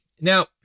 Now